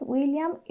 William